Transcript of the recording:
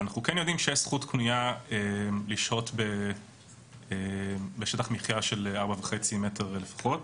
אבל אנחנו כן יודעים שיש זכות קנויה לשהות בשטח מחיה של 4.5 מ"ר לפחות.